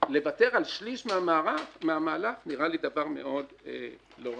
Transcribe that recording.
לוותר על שליש מהמהלך נראה לי דבר מאוד לא רצוי.